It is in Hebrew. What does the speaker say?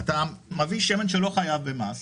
אתה מביא שמן שלא חייב במס,